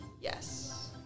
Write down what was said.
Yes